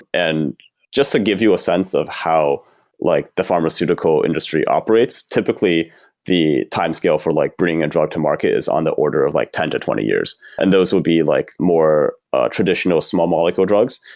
and just to give you a sense of how like the pharmaceutical industry operates, typically the time scale for like bringing a drug to market is on the order of like ten to twenty years. and those would be like more traditional small molecule drugs,